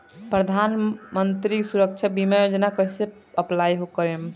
प्रधानमंत्री सुरक्षा बीमा योजना मे कैसे अप्लाई करेम?